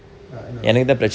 ah no no